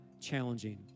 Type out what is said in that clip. challenging